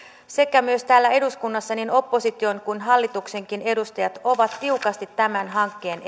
sekä myös täällä eduskunnassa niin opposition kuin hallituksenkin edustajat ovat tiukasti tämän hankkeen